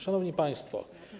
Szanowni Państwo!